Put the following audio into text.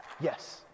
Yes